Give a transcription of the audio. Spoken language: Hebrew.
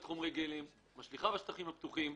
ההשלכה בשטחים הפתוחים,